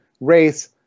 race